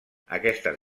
aquestes